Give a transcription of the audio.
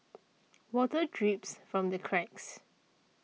water drips from the cracks